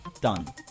Done